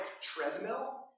treadmill